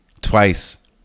Twice